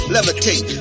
Levitate